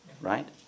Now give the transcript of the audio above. Right